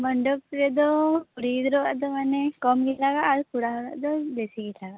ᱢᱚᱱᱰᱚᱯ ᱨᱮᱫᱚ ᱠᱩᱲᱤ ᱜᱤᱫᱽᱨᱟᱹᱣᱟᱜ ᱫᱚ ᱢᱟᱱᱮ ᱠᱚᱢᱜᱮ ᱞᱟᱜᱟᱜᱼᱟ ᱟᱨ ᱠᱚᱲᱟ ᱦᱚᱲᱟᱜ ᱫᱚ ᱵᱤᱥᱤ ᱜᱮ ᱞᱟᱜᱟᱜᱼᱟ